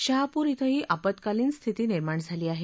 शहापूर इथंही आपत्कालीन स्थिती निर्माण झाली आहे